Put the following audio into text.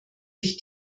sich